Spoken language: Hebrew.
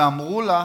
ואמרו לה: